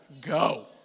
go